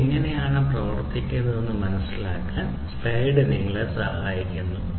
ഇവ എങ്ങനെയാണ് പ്രവർത്തിക്കുന്നത് എന്ന് മനസിലാക്കാൻ സ്ലൈഡ് സഹായിക്കുന്നു